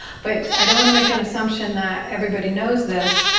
but i don't want to make an assumption that everybody knows this.